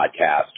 podcast